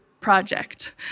project